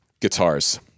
guitars